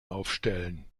aufstellen